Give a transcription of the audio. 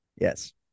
Yes